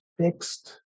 fixed